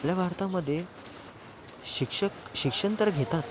आपल्या भारतामध्ये शिक्षक शिक्षण तर घेतात